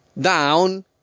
down